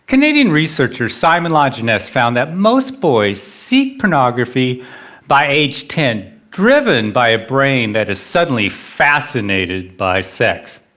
canadian researcher simon lajeunesse found that most boys seek pornography by age ten. driven by a brain that is suddenly fascinated by sex.